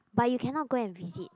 but you cannot go and visit